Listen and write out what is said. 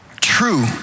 true